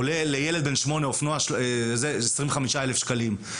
עולה לילד בן שמונה עשרים וחמישה אלף שקלים.